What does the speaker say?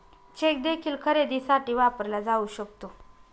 check देखील खरेदीसाठी वापरला जाऊ शकतो